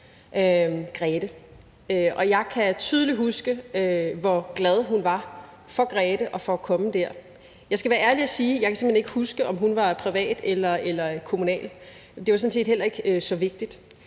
Grete, og jeg kan tydeligt huske, hvor glad hun var for Grete og for at komme der. Jeg skal være ærlig og sige, at jeg simpelt hen ikke kan huske, om hun var privat eller kommunal. Det var sådan set heller ikke så vigtigt.